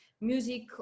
music